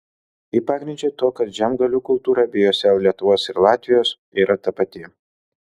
jį pagrindžia tuo kad žemgalių kultūra abiejose lietuvos ir latvijos yra tapati